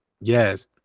yes